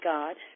God